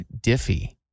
Diffie